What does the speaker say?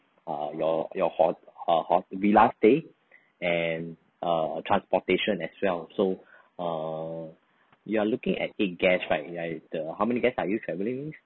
uh your your ho~ uh ho~ villa stay and uh transportation as well so err you are looking at eight guest right right the how many guest are you travelling with